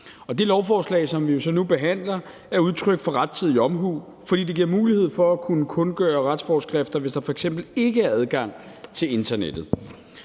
det lovforslag, som vi nu behandler, er udtryk for rettidig omhu, fordi det giver mulighed for at kunne kundgøre retsforskrifter, hvis der f.eks. ikke er adgang til internettet.